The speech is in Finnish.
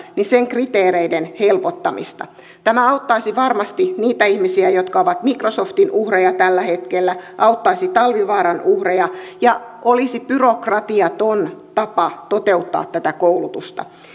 kriteereiden helpottamista tämä auttaisi varmasti niitä ihmisiä jotka ovat microsoftin uhreja tällä hetkellä auttaisi talvivaaran uhreja ja olisi byrokratiaton tapa toteuttaa tätä koulutusta